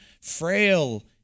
frail